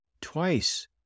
twice